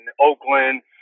Oakland